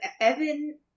Evan